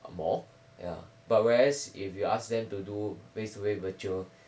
more ya but whereas if you ask them to do face to face virtual